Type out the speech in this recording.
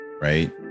Right